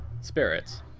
Spirits